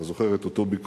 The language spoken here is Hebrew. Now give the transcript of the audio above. אתה זוכר את אותו ביקור?